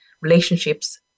relationships